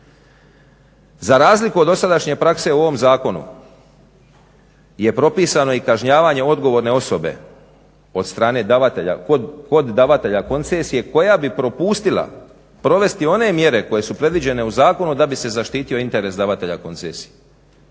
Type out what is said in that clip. Za razliku od dosadašnje prakse u ovom zakonu je propisano i kažnjavanje odgovorne osobe od strane davatelja, poddavatelja koncesije koja bi propustila provesti one mjere koje su predviđene u zakonu da bi se zaštitio interes davatelja koncesije.